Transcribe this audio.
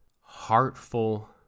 heartful